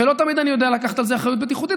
ולא תמיד אני יודע לקחת על זה אחריות בטיחותית.